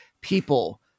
people